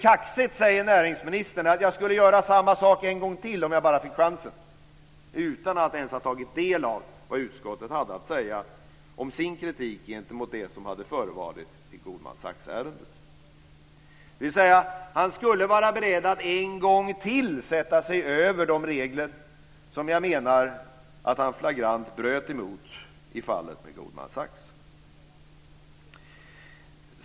Näringsministern säger, lite kaxigt, att han skulle göra samma sak en gång till om han bara fick chansen, utan att ens ha tagit del av vad utskottet hade att säga om sin kritik gentemot det som hade förevarit i Goldman Sachs-ärendet. Dvs. han skulle vara beredd att en gång till sätta sig över de regler som han flagrant bröt emot i fallet med Goldman Sachs.